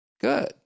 good